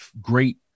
great